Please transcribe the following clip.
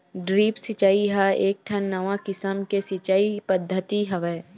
drip सिचई ह एकठन नवा किसम के सिचई पद्यति हवय